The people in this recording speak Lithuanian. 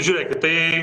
žiūrėkit tai